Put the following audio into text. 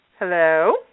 Hello